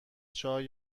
چای